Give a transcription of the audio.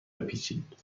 بپیچید